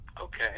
Okay